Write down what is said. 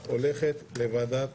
ההצעה הולכת לוועדת